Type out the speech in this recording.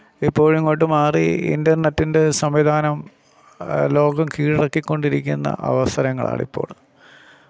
ഇപ്പോഴിങ്ങോട്ട് മാറി ഇന്റര്നെറ്റിന്റെ സംവിധാനം ലോകം കീഴടക്കിക്കൊണ്ടിരിക്കുന്ന അവസരങ്ങളാണിപ്പോള്